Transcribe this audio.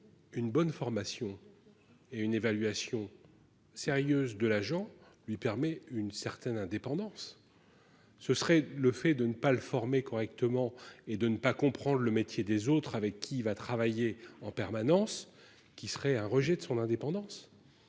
Une bonne formation et une évaluation sérieuse de l'agent lui permet une certaine indépendance. Ce serait le fait de ne pas le former correctement et de ne pas comprendre le métier des autres avec qui il va travailler en permanence qui serait un rejet de son indépendance.